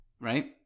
right